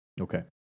Okay